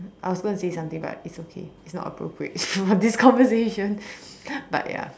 I was going to say something but it's okay it's not appropriate for this conversation but ya